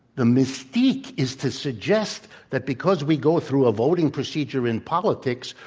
the mystique is to suggest that, because we go through a voting procedure in politics,